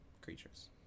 creatures